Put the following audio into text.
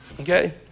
Okay